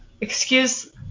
Excuse